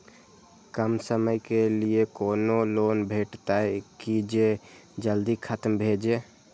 कम समय के लीये कोनो लोन भेटतै की जे जल्दी खत्म भे जे?